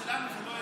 שלנו, זה לא אליך.